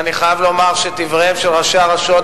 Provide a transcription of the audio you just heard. ואני חייב לומר שדבריהם של ראשי הרשויות